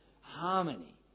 harmony